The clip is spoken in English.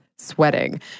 sweating